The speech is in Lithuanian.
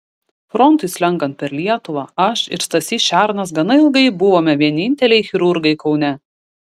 frontui slenkant per lietuvą aš ir stasys šernas gana ilgai buvome vieninteliai chirurgai kaune